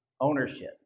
ownership